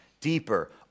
deeper